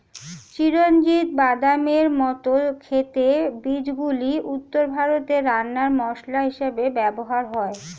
চিরঞ্জিত বাদামের মত খেতে বীজগুলি উত্তর ভারতে রান্নার মসলা হিসেবে ব্যবহার হয়